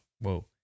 whoa